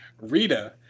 Rita